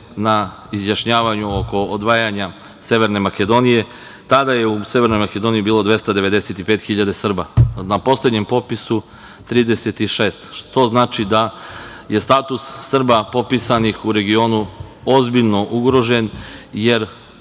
na izjašnjavanju oko odvajanja Severne Makedonije, tada je u Severnoj Makedoniji bilo 295.000 Srba, a na poslednjem popisu 36, što znači da je status Srba popisanih u regionu ozbiljno ugrožen, jer